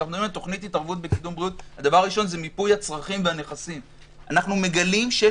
בתוכנית התערבות בקידום בריאות הדבר הראשון הוא מיפוי הצרכים והנכסים.